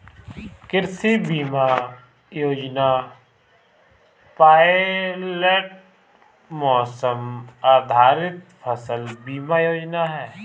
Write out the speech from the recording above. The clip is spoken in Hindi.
कृषि बीमा योजना पायलट मौसम आधारित फसल बीमा योजना है